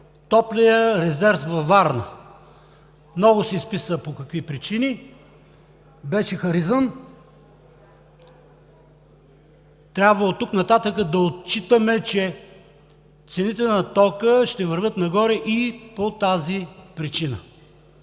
топлият резерв във Варна, много се изписа по какви причини, беше харизан. Трябва оттук нататък да отчитаме, че цените на тока ще вървят нагоре и по тази причина.